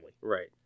Right